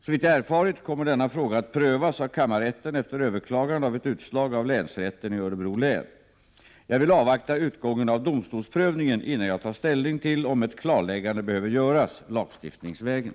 Såvitt jag erfarit kommer denna fråga att prövas av kammarrätten efter överklagande av ett utslag av 6 länsrätten i Örebro län. Jag vill avvakta utgången av domstolsprövningen, innan jag tar ställning till om ett klarläggande behöver göras lagstiftningsvägen.